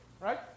Right